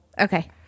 Okay